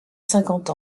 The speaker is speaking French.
cinquante